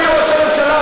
אדוני ראש הממשלה,